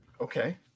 Okay